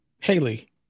Haley